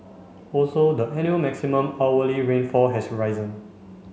also the annual maximum hourly rainfall has risen